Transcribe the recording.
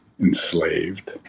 enslaved